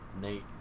Nate